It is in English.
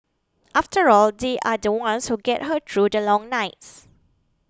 after all they are the ones who get her through the long nights